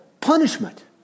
punishment